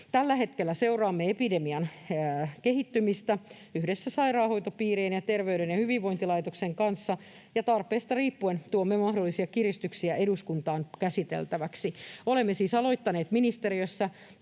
Tällä hetkellä seuraamme epidemian kehittymistä yhdessä sairaanhoitopiirien ja Terveyden ja hyvinvoinnin laitoksen kanssa ja tarpeista riippuen tuomme mahdollisia kiristyksiä eduskuntaan käsiteltäväksi. Olemme siis aloittaneet ministeriössä